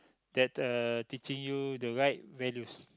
that uh teaching you the right values